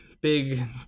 big